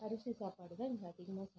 அரிசி சாப்பாடுதான் இங்கே அதிகமாக சாப்பிடுவாங்க